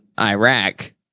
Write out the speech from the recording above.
Iraq